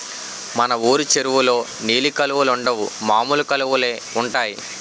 మన వూరు చెరువులో నీలి కలువలుండవు మామూలు కలువలే ఉంటాయి